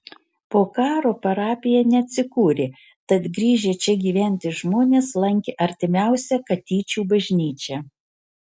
po karo parapija neatsikūrė tad grįžę čia gyventi žmonės lankė artimiausią katyčių bažnyčią